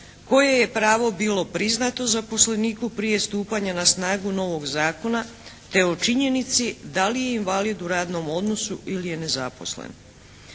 koje je pravo bilo priznato zaposleniku prije stupanja na snagu novog zakona, te o činjenici da li je invalid u radnom odnosu ili je nezaposlen.